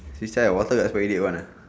since when water expiry date one ah